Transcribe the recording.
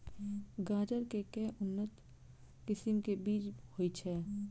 गाजर केँ के उन्नत किसिम केँ बीज होइ छैय?